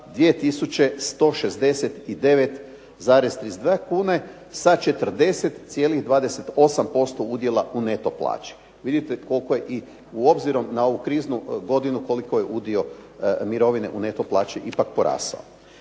169,32 kune, sa 40,28% udjela u neto plaći. Vidite koliko je i obzirom na ovu kriznu godinu, koliko je udio mirovine u neto plaći ipak porastao.